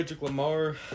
Lamar